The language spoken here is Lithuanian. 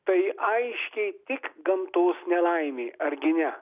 tai aiškiai tik gamtos nelaimė argi ne